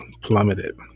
plummeted